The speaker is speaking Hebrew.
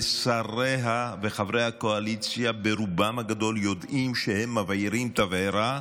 ושריה וחברי הקואליציה ברובם הגדול יודעים שהם מבעירים תבערה,